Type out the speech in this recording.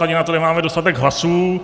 Ani na to nemáme dostatek hlasů.